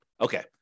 Okay